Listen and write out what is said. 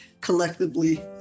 collectively